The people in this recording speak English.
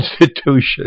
institution